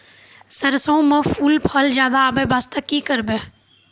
सरसों म फूल फल ज्यादा आबै बास्ते कि करबै?